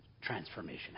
transformation